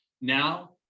Now